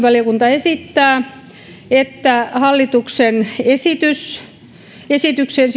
esittää että hallituksen esitykseen